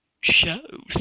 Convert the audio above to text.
shows